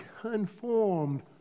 conformed